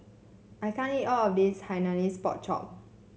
I can't eat all of this Hainanese Pork Chop